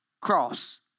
cross